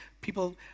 people